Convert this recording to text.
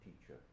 teacher